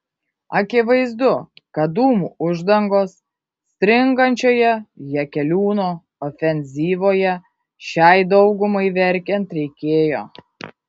akivaizdu kad dūmų uždangos stringančioje jakeliūno ofenzyvoje šiai daugumai verkiant reikėjo